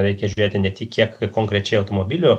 reikia žiūrėti ne tik kiek konkrečiai automobilių